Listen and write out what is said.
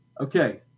Okay